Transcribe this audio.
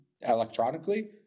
electronically